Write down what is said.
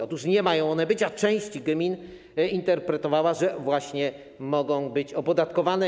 Otóż nie mają być, a część gmin interpretowała, że właśnie mogą być opodatkowane.